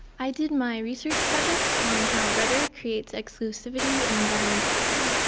i did my research project on how rhetoric creates exclusivity in environmentalism.